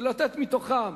ולתת מתוכם,